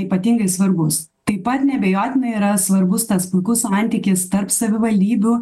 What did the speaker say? ypatingai svarbus taip pat neabejotinai yra svarbus tas puikus santykis tarp savivaldybių